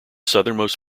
southernmost